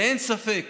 אין ספק